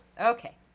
Okay